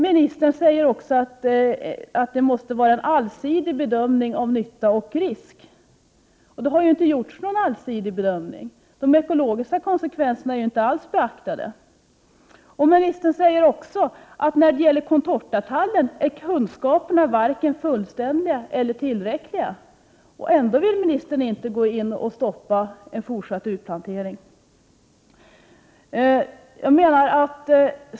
Ministern säger också att det måste göras en allsidig bedömning av nyttan och riskerna. Det har inte gjorts någon allsidig bedömning. De ekologiska konsekvenserna är inte alls beaktade. Sedan säger ministern att kunskaperna när det gäller contortatallen är varken fullständiga eller tillräckliga. Ändå vill inte ministern stoppa en fortsatt utplantering.